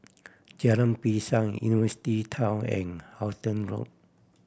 Jalan Pisang University Town and Halton Road